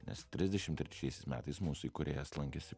nes trisdešim trečiaisiais metais mūsų įkūrėjas lankėsi